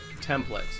Templates